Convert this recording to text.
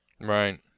Right